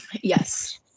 Yes